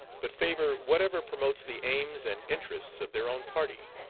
but favor whatever promotes the aims and interests of their own party,